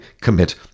commit